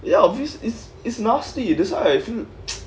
ya it's it's nasty it's just in